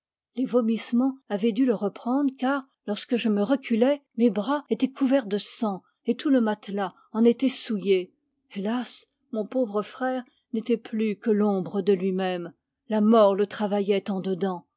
les vomissements avaient dû le reprendre car lorsque je me reculai mes bras étaient couverts de sang et tout le matelas en était souillé hélas mon pauvre frère n'était plus que l'ombre de lui-même la mort le travaillait en dedans